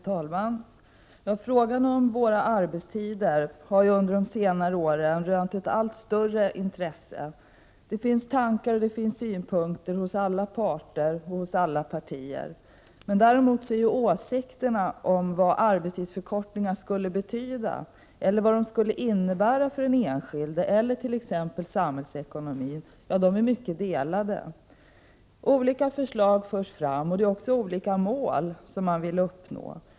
Herr talman! Frågan om arbetstiderna har under de senare åren rönt ett allt större intresse. Det finns tankar och synpunkter hos alla parter och alla partier. Däremot är åsikterna om vad arbetstidsförkortningar skulle innebära för den enskilde eller för samhällsekonomin mycket delade. Olika förslag förs fram, med olika mål.